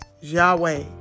Yahweh